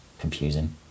Confusing